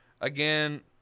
again